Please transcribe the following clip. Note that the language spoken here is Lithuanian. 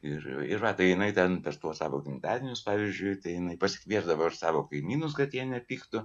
ir yra tai jinai ten per tuos savo gimtadienius pavyzdžiui tai jinai pasikviesdavo ir savo kaimynus kad jie nepyktų